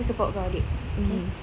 aku support kau babe okay